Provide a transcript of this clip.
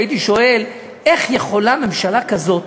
הייתי שואל: איך יכולה ממשלה כזאת,